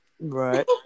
right